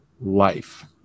life